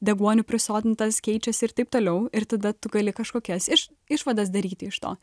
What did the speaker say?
deguoniu prisotintas keičiasi ir taip toliau ir tada tu gali kažkokias iš išvadas daryti iš to